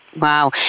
Wow